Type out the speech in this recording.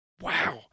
Wow